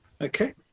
Okay